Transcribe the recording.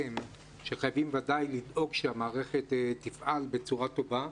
וכמובן שצריכים לדאוג שהמערכת תפעל בצורה טובה.